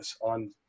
on